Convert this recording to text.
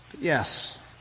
Yes